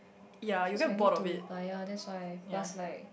cause I need to reply ya that's why plus like